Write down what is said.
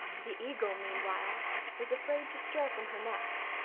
the eagle, meanwhile was afraid to stir from her nest,